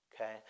okay